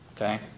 Okay